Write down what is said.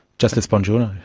justice bongiorno?